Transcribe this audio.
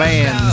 Man